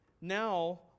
Now